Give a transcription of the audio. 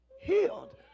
healed